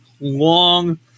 Long